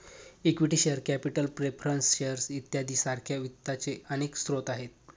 equity share capital preference shares इत्यादी सारख्या वित्ताचे अनेक स्रोत आहेत